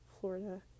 Florida